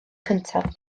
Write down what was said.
cyntaf